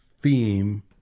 theme